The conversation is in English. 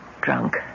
Drunk